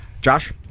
Josh